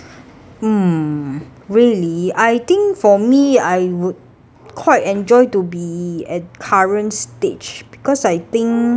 hmm really I think for me I would quite enjoy to be at current stage because I think